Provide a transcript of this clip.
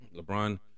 lebron